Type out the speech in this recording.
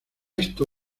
esto